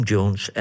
Jones